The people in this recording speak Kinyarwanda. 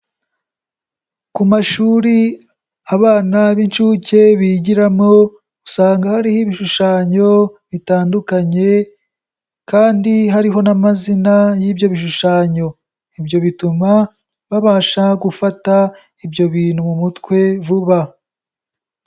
Ku mashuri abana b'inshuke bigiramo usanga hariho ibishushanyo bitandukanye kandi hariho n'amazina y'ibyo bishushanyo, ibyo bituma babasha gufata ibyo bintu mu mutwe vuba.